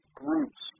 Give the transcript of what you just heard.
groups